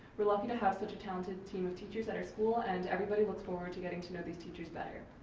we're lucky to have such a talented team of teachers at our school and everybody forward to getting to know these teachers better.